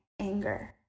anger